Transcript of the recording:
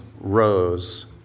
rose